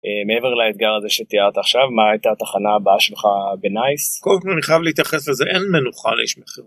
מעבר לאתגר הזה שתיארת עכשיו, מה הייתה התחנה הבאה שלך בנייס? קודם כל אני חייב להתייחס לזה, אין מנוחה לאיש מכירות.